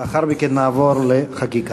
לאחר מכן נעבור לחקיקה.